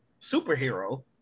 superhero